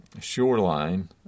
shoreline